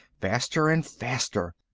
faster and faster.